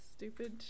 Stupid